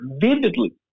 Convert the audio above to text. vividly